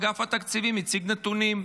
אגף התקציבים הציג נתונים.